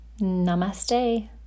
Namaste